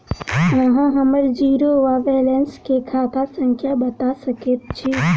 अहाँ हम्मर जीरो वा बैलेंस केँ खाता संख्या बता सकैत छी?